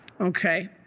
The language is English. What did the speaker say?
Okay